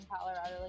Colorado